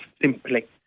simply